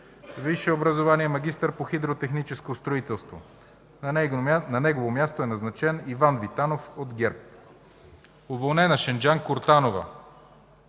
Висше образование – магистър по хидротехническо строителство. На негово място е назначен Иван Витанов от ГЕРБ. Уволнена: Шенджан Кортанова.